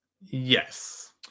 Yes